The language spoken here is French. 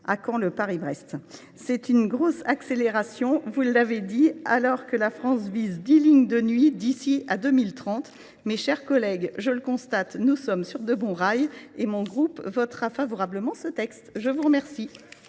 À quand le Paris Brest ? C’est une grosse accélération, vous l’avez dit, alors que la France vise dix lignes de nuit d’ici à 2030. Mes chers collègues, je le constate, nous sommes sur de bons rails ! Le groupe RDPI votera pour ce texte. La parole